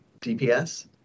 DPS